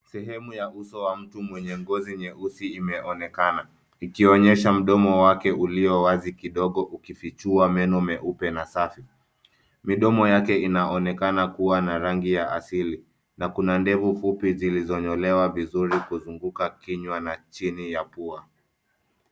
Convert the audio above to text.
Sehemu ya uso wa mtu mwenye ngozi nyeusi imeonekana ikionyesha mdomo wake uliowazi kidogo ukifichua meno meupe na safi. Midomo yake inaonekana kuwa na rangi ya asili. Na kuna ndevu fupi zilizonyolewa vizuri kuzunguka kinywa na chini ya pua.